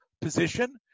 position